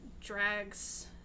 drags